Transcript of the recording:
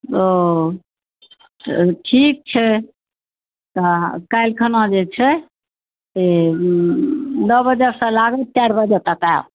ओ ठीक छै तऽ काल्हिखना जे छै से नओ बजेसँ लऽ कऽ चारि बजे तक आएब